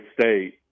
State